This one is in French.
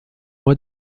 mois